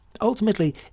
Ultimately